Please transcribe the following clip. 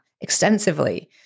extensively